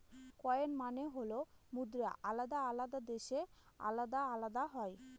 coin মানে হল মুদ্রা আলাদা আলাদা দেশে আলাদা আলাদা হয়